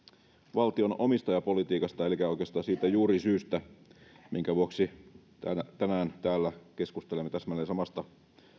valtion omistajapolitiikasta elikkä oikeastaan siitä juurisyystä minkä vuoksi tänään täällä keskustelemme täsmälleen samasta